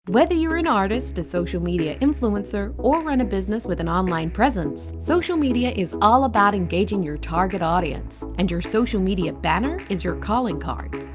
whether you're an artist, a social media influencer, or run a business with an online presence, social media is all about engaging your target audience, and your social media banner is your calling card.